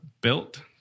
built